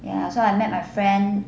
ya so I met my friend